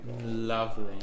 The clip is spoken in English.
Lovely